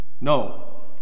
no